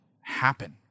happen